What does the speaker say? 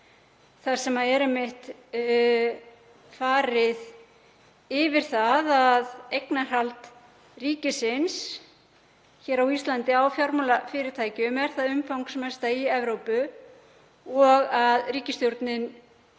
þar sem einmitt er farið yfir það að eignarhald ríkisins hér á Íslandi á fjármálafyrirtækjum sé það umfangsmesta í Evrópu og að ríkisstjórnin